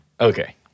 Okay